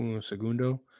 Segundo